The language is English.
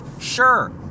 Sure